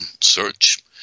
search